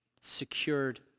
secured